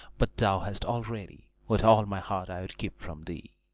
but thou hast already, with all my heart i would keep from thee